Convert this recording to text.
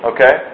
Okay